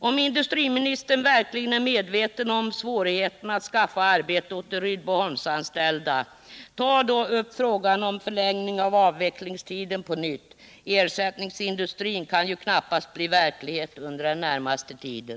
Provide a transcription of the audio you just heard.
Om industriministern verkligen är medveten om svårigheterna att skaffa arbete åt de Rydboholmsanställda — ta då upp frågan om förlängning av avvecklingstiden på nytt! Ersättningsindustrin kan ju knappast bli verklighet den närmaste tiden.